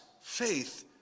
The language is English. faith